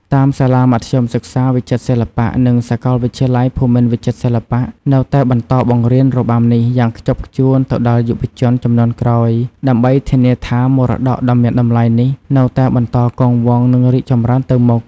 តាមសាលាមធ្យមសិក្សាវិចិត្រសិល្បៈ និងសាកលវិទ្យាល័យភូមិន្ទវិចិត្រសិល្បៈ នៅតែបន្តបង្រៀនរបាំនេះយ៉ាងខ្ជាប់ខ្ជួនទៅដល់យុវជនជំនាន់ក្រោយ ដើម្បីធានាថា មរតកដ៏មានតម្លៃនេះនៅតែបន្តគង់វង្ស និងរីកចម្រើនទៅមុខ។